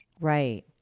Right